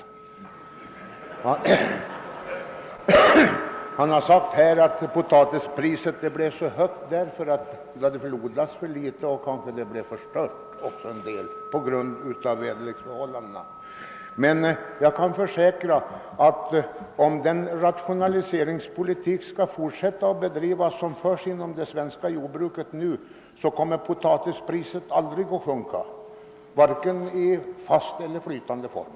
Herr Sträng har sagt att potatispriset blev så högt, därför att det odlas så litet potatis och kanske också därför att skörden förstörts i viss utsträckning på grund av väderleken. Men jag kan försäkra att om den nuvarande rationaliseringspolitiken inom det svenska jordbruket får fortsätta kommer priset aldrig att sänkas, vare sig för potatis i fast eller flytande form.